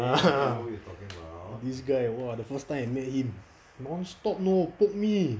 ah this guy !wah! the first time I met him non stop know poke me